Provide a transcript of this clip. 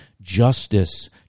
justice